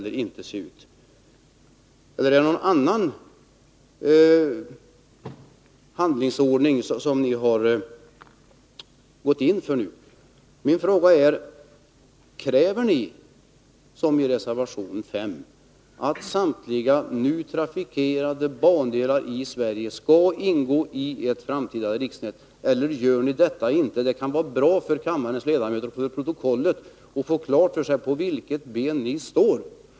Är det någon annan handlingsordning som ni har gått in för nu? Min fråga är: Kräver ni, som i reservation 5, att samtliga nu trafikerade bandelar i Sverige skall ingå i ett framtida riksnät eller gör ni det inte? Det kan vara bra för kammarens ledamöter att få det till protokollet så att det klart framgår på vilket ben ni står.